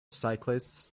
cyclists